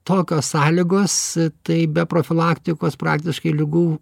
tokios sąlygos tai be profilaktikos praktiškai ligų